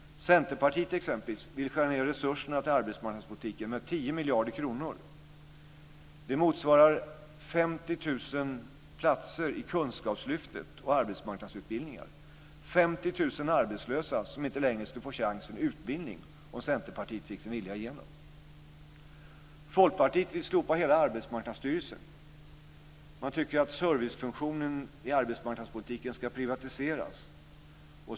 Centerpartiet vill t.ex. skära ned resurserna till arbetsmarknadspolitiken med 10 miljarder kronor. Det motsvarar 50 000 platser i Kunskapslyftet och arbetsmarknadsutbildningarna. 50 000 arbetslösa skulle inte längre få chans till en utbildning om Centerpartiet fick sin vilja igenom. Folkpartiet vill slopa hela Arbetsmarknadsstyrelsen. Man tycker att servicefunktionen i arbetsmarknadspolitiken ska privatiseras.